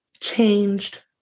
changed